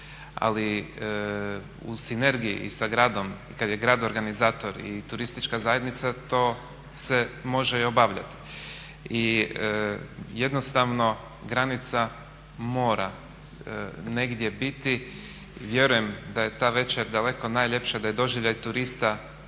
Ali u sinergiji i sa gradom kad je grad organizator i turistička zajednica to se može i obavljati. I jednostavno granica mora negdje biti. Vjerujem da je ta večer daleko najljepša, da je doživljaj turista